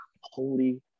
holy